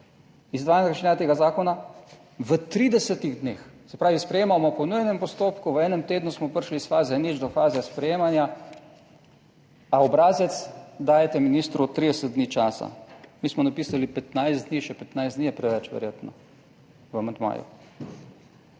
tega zakona v 30. dneh. Se pravi, sprejemamo po nujnem postopku, v enem tednu smo prišli iz faze nič do faze sprejemanja, a obrazec dajete ministru od 30 dni časa. Mi smo napisali 15 dni. Še 15 dni je preveč, verjetno, v amandmaju.